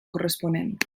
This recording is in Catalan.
corresponent